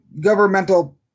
governmental